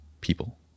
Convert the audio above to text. people